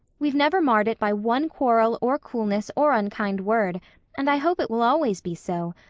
we've never marred it by one quarrel or coolness or unkind word and i hope it will always be so.